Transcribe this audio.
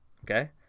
Okay